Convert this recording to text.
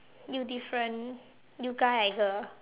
you different you guy I girl